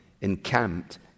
encamped